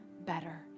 better